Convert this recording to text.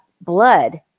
blood